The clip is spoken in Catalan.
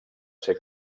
ser